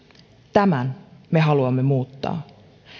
tämän me haluamme muuttaa